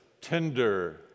tender